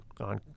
on